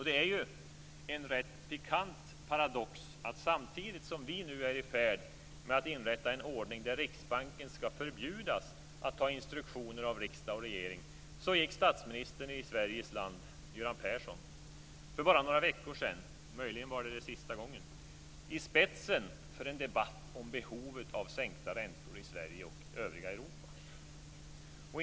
Det är ju en rätt pikant paradox att samtidigt som vi nu är i färd med att inrätta en ordning där Riksbanken skall förbjudas att ta instruktioner av riksdag och regering gick statsministern i Sveriges land, Göran Persson, för bara några veckor sedan - möjligen var det sista gången - i spetsen för en debatt om behovet av sänkta räntor i Sverige och övriga Europa.